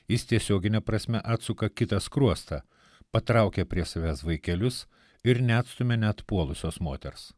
jis tiesiogine prasme atsuka kitą skruostą patraukia prie savęs vaikelius ir neatstumia net puolusios moters